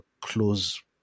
close